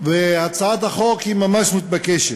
והצעת החוק ממש מתבקשת,